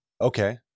Okay